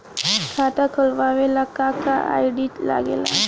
खाता खोलवावे ला का का आई.डी लागेला?